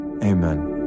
Amen